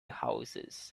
houses